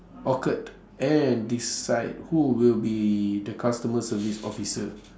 occurred and decide who will be the customer service officer